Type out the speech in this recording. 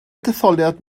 detholiad